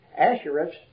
Asherus